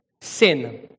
sin